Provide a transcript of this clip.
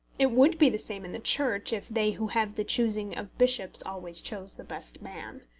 it would be the same in the church if they who have the choosing of bishops always chose the best man.